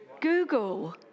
Google